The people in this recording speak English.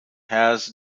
has